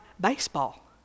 baseball